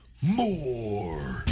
more